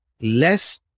less